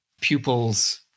pupils